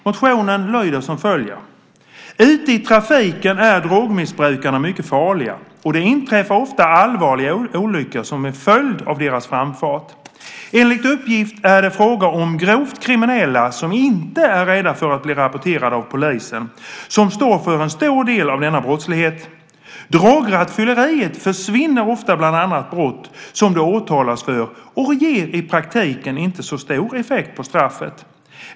Motionen lyder som följer: "Ute i trafiken är drogmissbrukarna mycket farliga och det inträffar ofta allvarliga olyckor som en följd av deras framfart. Enligt uppgift är det fråga om grovt kriminella, som inte är rädda för att bli rapporterade av polisen, som står för en stor del av denna brottslighet. Drograttfylleriet försvinner ofta bland andra brott som de åtalas för och ger i praktiken inte så stor effekt på straffet.